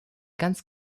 ganz